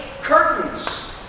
curtains